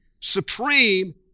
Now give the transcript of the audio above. supreme